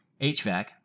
HVAC